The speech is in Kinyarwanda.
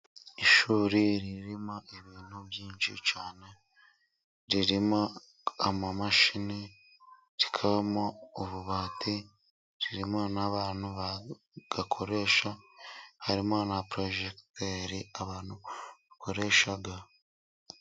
Ishuri ririmo ibintu byinshi cyane ririmo amamashini , rikabamo ububati, ririmo n'abantu bayakoresha , harimo na porojegiteri abantu bakoresha.